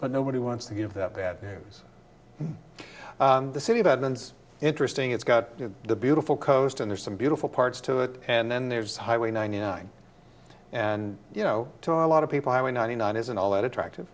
but nobody wants to give that bad news the city that once interesting it's got the beautiful coast and there's some beautiful parts to it and then there's highway ninety nine and you know a lot of people who are ninety nine isn't all that attractive